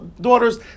daughters